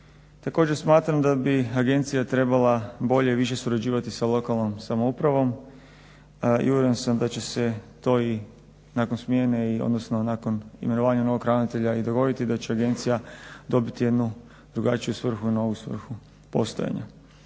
Također smatram da bi agencija trebala bolje i više surađivati sa lokalnom samoupravom i uvjeren sam da će se to i nakon smjene, odnosno nakon imenovanja novog ravnatelja i dogoditi, da će agencija dobiti jednu drugačiju svrhu, novu svrhu postojanja.